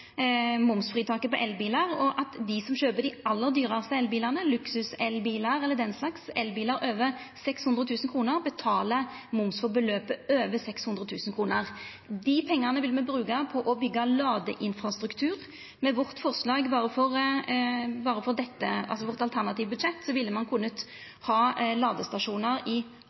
dei som kjøper dei aller dyraste elbilane, luksuselbilar eller den slags, elbilar over 600 000 kr, betalar moms for beløpet over 600 000 kr. Dei pengane vil me bruka på å byggja ladeinfrastruktur. Med vårt alternative budsjett ville ein kunne hatt ladestasjonar i alle kommunane i landet, òg dei som i dag ikkje har ladestasjonar. Hadde ein inkorporert det omsynet i